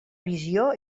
visió